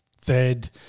third